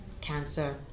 cancer